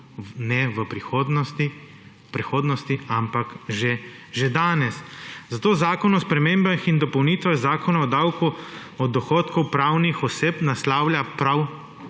ne v prihodnosti, ampak že danes. Zato zakon o spremembah in dopolnitvah Zakona o davku od dohodkov pravnih oseb naslavlja prav